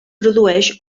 produeix